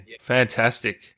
Fantastic